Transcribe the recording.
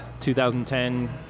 2010